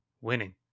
winning